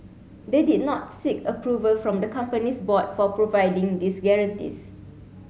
they did not seek approval from the company's board for providing these guarantees